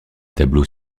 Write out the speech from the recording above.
tableau